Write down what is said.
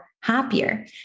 happier